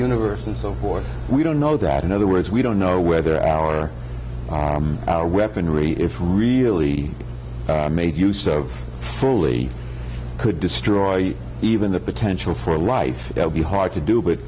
universe and so forth we don't know that in other words we don't know whether our weaponry if we really made use of fully could destroy even the potential for a life that would be hard to do but